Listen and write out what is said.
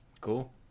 cool